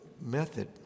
method